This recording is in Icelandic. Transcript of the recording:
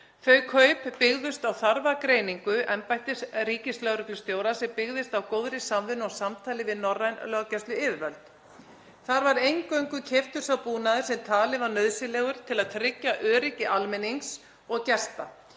Þau kaup byggðust á þarfagreiningu embættis ríkislögreglustjóra sem byggðist á góðri samvinnu og samtali við norræn löggæsluyfirvöld. Þar var eingöngu keyptur sá búnaður sem talinn var nauðsynlegur til að tryggja öryggi almennings og gesta.